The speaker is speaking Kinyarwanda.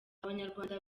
abanyarwanda